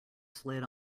slid